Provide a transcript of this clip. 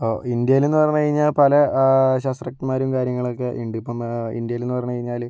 ഇന്ത്യയിലെന്നു പറഞ്ഞു കഴിഞ്ഞാൽ പല ശാസ്ത്രജ്ഞന്മാരും കാര്യങ്ങളൊക്കെ ഉണ്ട് ഇപ്പോൾ ഇന്ത്യയിലെന്നു പറഞ്ഞു കഴിഞ്ഞാല്